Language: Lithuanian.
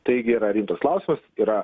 taigi yra rimtas klausimas yra